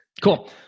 Cool